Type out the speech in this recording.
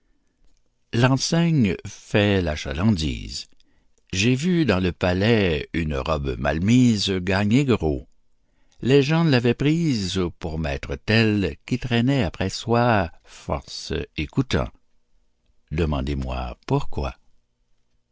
l'enseigne fait la chalandise j'ai vu dans le palais une robe mal mise gagner gros les gens l'avaient prise pour maître tel qui traînait après soi force écoutants demandez-moi pourquoi